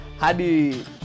Hadi